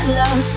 love